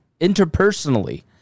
interpersonally